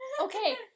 Okay